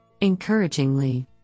Encouragingly